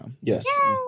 Yes